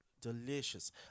Delicious